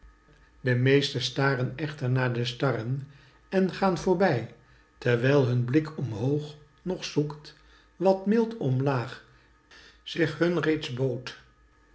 de meeste staren echter naar de starren en gaan voorbij terwijl hun blik omhoog nog zoekt wat mild omlaag zich hun reeds bood